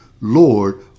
Lord